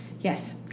Yes